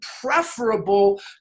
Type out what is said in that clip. preferable